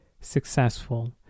successful